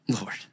Lord